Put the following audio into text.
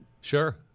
Sure